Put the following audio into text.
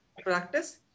practice